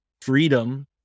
freedom